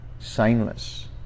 signless